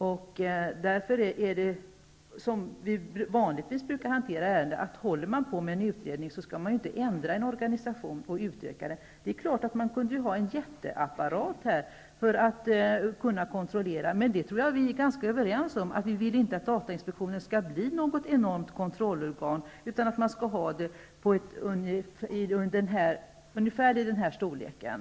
Vi brukar vanligtvis hantera ärenden så att om det pågår en utredning skall vi inte under tiden ändra en organisation. Det är klart att man kunde ha en jätteapparat för att kunna kontrollera, men jag tror att vi är ganska överens om att vi inte vill att datainspektionen skall bli något enormt kontrollorgan, utan att den skall fortsätta i ungefär den nuvarande storleken.